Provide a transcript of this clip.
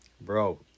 Bro